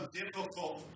difficult